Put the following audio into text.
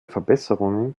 verbesserungen